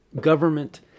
government